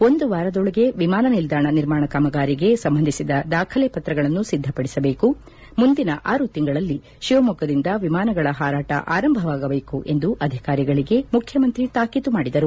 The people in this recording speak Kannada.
ಒಂದು ವಾರದೊಳಗೆ ವಿಮಾನ ನಿಲ್ದಾಣ ನಿರ್ಮಾಣ ಕಾಮಗಾರಿಗೆ ಸಂಬಂಧಿಸಿದ ದಾಖಲೆ ಪತ್ರಗಳನ್ನು ಸಿದ್ದಪಡಿಸಬೇಕು ಮುಂದಿನ ಆರು ತಿಂಗಳಲ್ಲಿ ಶಿವಮೊಗ್ಗದಿಂದ ವಿಮಾನಗಳ ಹಾರಾಟ ಆರಂಭವಾಗಬೇಕು ಎಂದು ಅಧಿಕಾರಿಗಳಿಗೆ ಮುಖ್ಯಮಂತ್ರಿ ತಾಕೀತು ಮಾಡಿದರು